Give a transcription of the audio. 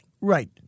right